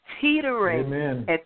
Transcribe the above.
teetering